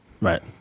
Right